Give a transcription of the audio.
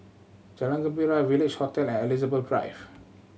Jalan Gembira Village Hotel and Elizabeth Drive